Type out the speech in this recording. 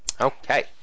Okay